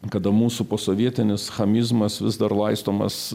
kada mūsų posovietinis chamizmas vis dar laistomas